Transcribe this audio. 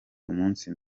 umunsi